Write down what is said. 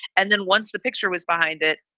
and then once the picture was behind it,